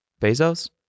Bezos